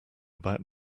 about